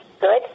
good